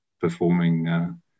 performing